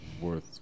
worth